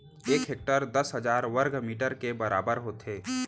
एक हेक्टर दस हजार वर्ग मीटर के बराबर होथे